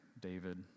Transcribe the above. David